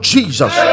Jesus